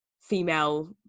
female